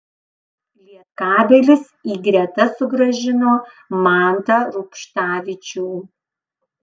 lietkabelis į gretas sugrąžino mantą rubštavičių